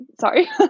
sorry